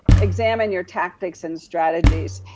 examine your tactics and strategies.